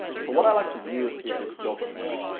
so what i like to use is this document.